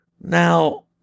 Now